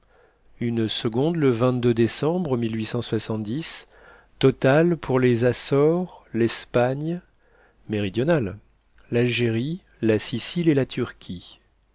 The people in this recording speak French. une seconde le décembre totale pour les acores l'espagne méridionale l'algérie la sicile et la turquie